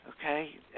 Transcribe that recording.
Okay